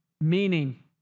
Meaning